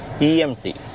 EMC